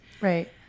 Right